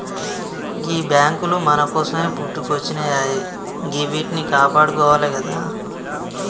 గీ బాంకులు మన కోసమే పుట్టుకొచ్జినయాయె గివ్విట్నీ కాపాడుకోవాలె గదా